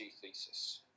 thesis